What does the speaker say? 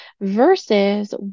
versus